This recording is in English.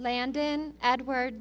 landon edward